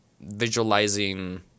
visualizing